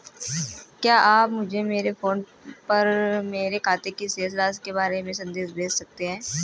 क्या आप मुझे मेरे फ़ोन पर मेरे खाते की शेष राशि के बारे में संदेश भेज सकते हैं?